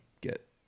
get